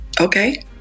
okay